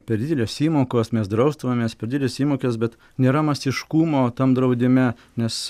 per didelės įmokos mes draustumėmės per dideles įmokos bet nėra masiškumo tam draudime nes